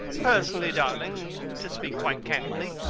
personally, darling, to speak quite candidly,